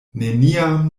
neniam